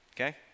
okay